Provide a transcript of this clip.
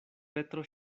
petro